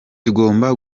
tugomba